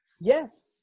Yes